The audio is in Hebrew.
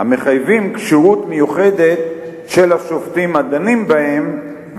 המחייבים כשירות מיוחדת של השופטים הדנים בהן,